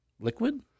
Liquid